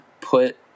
put